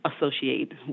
associate